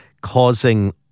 causing